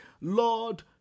Lord